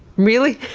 really?